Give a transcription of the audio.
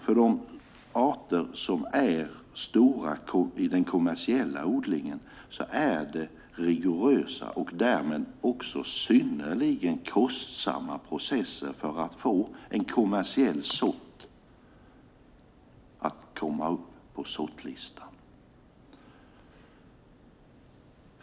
För de arter som är stora i den kommersiella odlingen är det rigorösa och därmed också synnerligen kostsamma processer för att få en kommersiell sort att komma med på sortlistan.